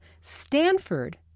Stanford